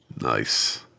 Nice